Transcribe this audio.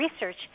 research